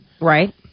Right